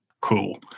Cool